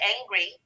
angry